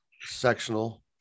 sectional